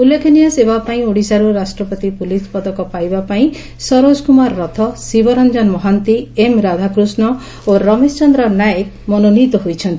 ଉଲ୍ଲେଖନୀୟ ସେବାପାଇଁ ଓଡ଼ିଶାରୁ ରାଷ୍ଟପତି ପୁଲିସ ପଦକ ପାଇବା ପାଇଁ ସରୋଜ କୁମାର ରଥ ଶିବରଞ୍ଞନ ମହାନ୍ତି ଏମ୍ ରାଧାକୃଷ୍ଠ ଓ ରମେଶ ଚନ୍ଦ୍ର ନାୟକ ମନୋନୀତ ହୋଇଛନ୍ତି